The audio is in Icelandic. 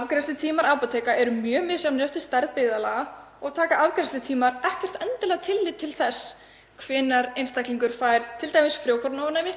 Afgreiðslutími apóteka er mjög misjafn eftir stærð byggðarlaga og taka afgreiðslutímar ekkert endilega tillit til þess hvenær einstaklingur fær t.d. frjókornaofnæmi,